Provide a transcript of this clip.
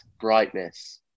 brightness